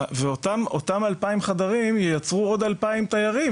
ואותם 2,000 חדרים ייצרו עוד 2,000 תיירים.